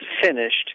finished